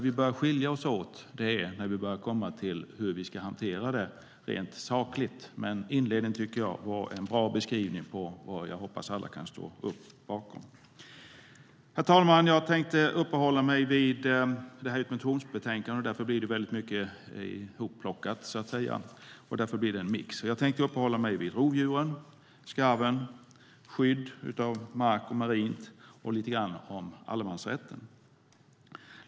Vi börjar skilja oss åt när vi kommer till hur vi ska hantera det rent sakligt, men inledningen var en bra beskrivning av vad jag hoppas att alla kan ställa sig bakom. Herr talman! Det här är ett motionsbetänkande, och därför blir det ett hopplock, en mix. Jag tänkte uppehålla mig vid rovdjuren, skarven, skydd av mark och marint och lite grann allemansrätten.